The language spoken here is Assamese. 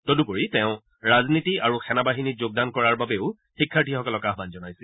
তদুপৰি তেওঁ ৰাজনীতি আৰু সেনা বাহিনীত যোগদান কৰাৰ বাবেও শিক্ষাৰ্থীসকলক আহান জনাইছিল